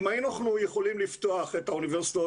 אם היינו יכולים לפתוח את האוניברסיטאות